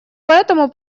поэтому